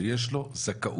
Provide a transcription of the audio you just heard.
שיש לו זכאות.